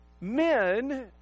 men